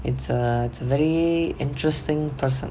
he's a very very interesting person